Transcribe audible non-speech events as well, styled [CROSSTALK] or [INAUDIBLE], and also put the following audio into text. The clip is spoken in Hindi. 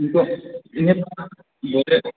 [UNINTELLIGIBLE]